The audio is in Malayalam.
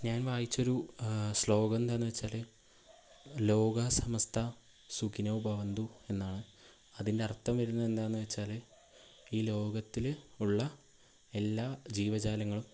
ഞാൻ വായിച്ചൊരു ശ്ലോകം എന്താണെന്ന് വെച്ചാൽ ലോകാസമസ്താ സുഖിനോ ഭവന്തു എന്നാണ് അതിന്റെയർത്ഥം വരുന്നതെന്താന്ന് വെച്ചാൽ ഈ ലോകത്തിൽ ഉള്ള എല്ലാ ജീവജാലങ്ങളും